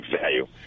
value